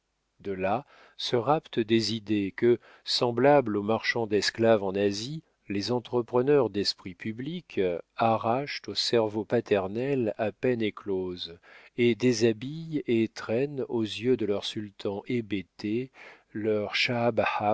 de là ce rapt des idées que semblables aux marchands d'esclaves en asie les entrepreneurs d'esprit public arrachent au cerveau paternel à peine écloses et déshabillent et traînent aux yeux de leur sultan hébété leur